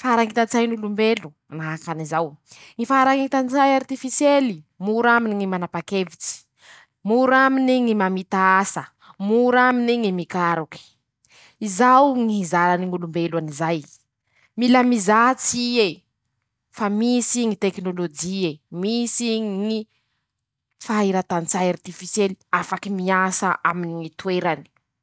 farañitantsainy ñy olombelo ,manahaky anizao: -ñy faharañitan-tsay artifisiely ,mora aminy ñy manapa-kevitsy ,mora aminy ñy mamita asa ,mora aminy ñy mikaroky ,izao ñy izarany ñ'olombelo anizay, mila mizatsy ie ,fa misy ñy teknôlôjy e ,misy ñy fahairatan-tsay artifisiely afaky miasa aminy ñy toerany.